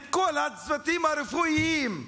את כל הצוותים הרפואיים,